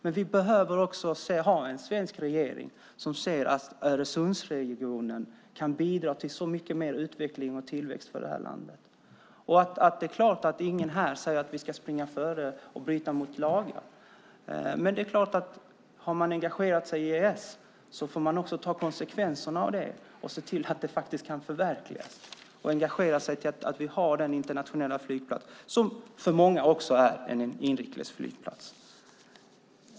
Men vi behöver också ha en svensk regering som ser att Öresundsregionen kan bidra till mycket mer utveckling och tillväxt för det här landet. Det är klart att ingen här säger att vi ska springa före och bryta mot lagar. Men har man engagerat sig i ESS får man också ta konsekvenserna av det och se till att det här faktiskt kan förverkligas. Man måste engagera sig i frågan om att vi ska ha den internationella flygplatsen, som för många också är en inrikes flygplats.